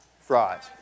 Fries